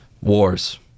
wars